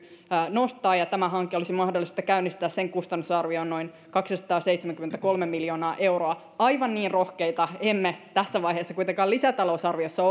nostaa välityskykyä ja tämä hanke olisi mahdollista käynnistää sen kustannusarvio on noin kaksisataaseitsemänkymmentäkolme miljoonaa euroa aivan niin rohkeita emme tässä vaiheessa kuitenkaan lisätalousarviossa